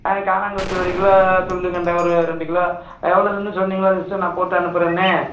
ஆ கானாங்கெழுத்தி ஒரு கிலோ துள்ளுக் கெண்டை ஒரு ரெண்டு கிலோ எவ்வளது சொன்னீங்களா லிஸ்ட்டு நான் போட்டு அனுப்புகிறண்ணே